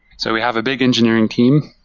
so we have a big engineering team,